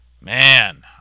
Man